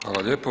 Hvala lijepo.